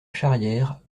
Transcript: charrière